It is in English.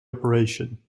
operation